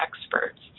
experts